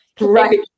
Right